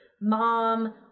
mom